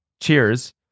cheers